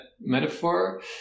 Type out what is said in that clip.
metaphor